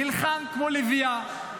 נלחמת כמו לביאה,